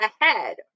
ahead